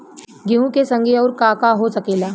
गेहूँ के संगे आऊर का का हो सकेला?